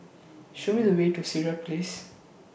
Show Me The Way to Sireh Place